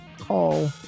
call